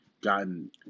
gotten